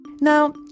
Now